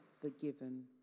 forgiven